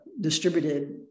distributed